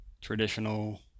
traditional